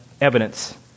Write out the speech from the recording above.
evidence